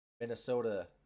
Minnesota